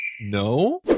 No